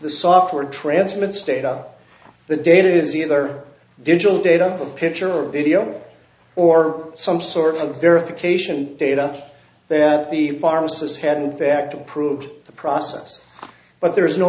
the software transmitted state of the data is either visual data the picture or video or some sort of verification data that the pharmacists had in fact approved the process but there is no